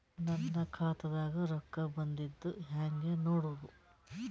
ನನ್ನ ಖಾತಾದಾಗ ರೊಕ್ಕ ಬಂದಿದ್ದ ಹೆಂಗ್ ನೋಡದು?